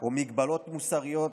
או מגבלות מוסריות,